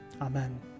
Amen